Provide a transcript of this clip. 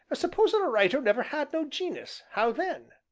supposing a writer never had no gen'us how then?